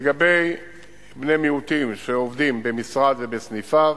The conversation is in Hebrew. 4. לגבי בני מיעוטים שעובדים במשרד ובסניפיו,